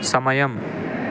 సమయం